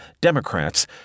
Democrats